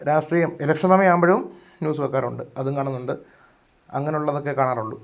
രാഷ്ട്രീയം ഇലക്ഷന് സമയമാകുമ്പോഴും ന്യൂസ് വെയ്ക്കാറുണ്ട് അതും കാണുന്നുണ്ട് അങ്ങനെയുള്ളതൊക്കെ കാണലുളളൂ